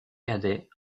cadet